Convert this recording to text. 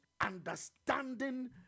understanding